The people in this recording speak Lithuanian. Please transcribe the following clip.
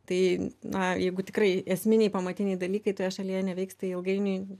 tai na jeigu tikrai esminiai pamatiniai dalykai toje šalyje neveiks tai ilgainiui